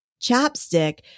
chapstick